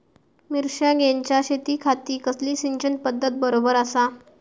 मिर्षागेंच्या शेतीखाती कसली सिंचन पध्दत बरोबर आसा?